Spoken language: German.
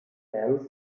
bands